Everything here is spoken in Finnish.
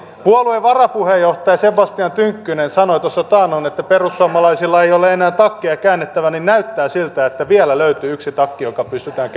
puolueen varapuheenjohtaja sebastian tynkkynen sanoi taannoin että perussuomalaisilla ei ole enää takkeja käännettävänä niin näyttää siltä että vielä löytyi yksi takki joka pystytään